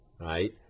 right